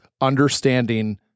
understanding